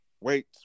Wait